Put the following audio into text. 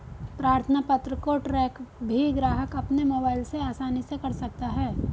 प्रार्थना पत्र को ट्रैक भी ग्राहक अपने मोबाइल से आसानी से कर सकता है